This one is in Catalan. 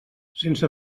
sense